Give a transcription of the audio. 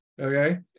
Okay